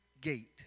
gate